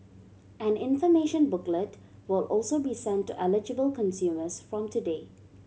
an information booklet will also be sent to eligible consumers from today